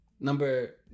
Number